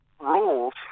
rules